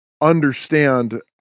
understand